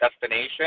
destination